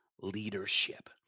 leadership